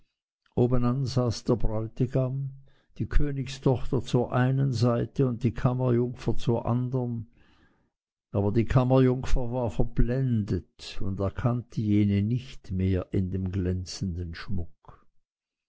der bräutigam die königstochter zur einen seite und die kammerjungfer zur andern aber die kammerjungfer war verblendet und erkannte jene nicht mehr in dem glänzenden schmuck